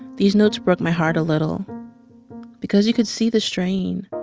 these notes broke my heart a little because you could see the strain.